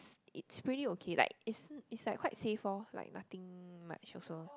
it's pretty okay like it's it's like quite safe lor nothing much also